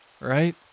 right